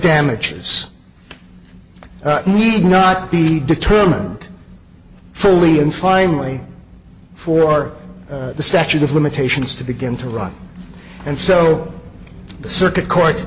damages need not be determined fully and finally for the statute of limitations to begin to run and so the circuit cour